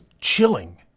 chilling